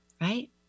right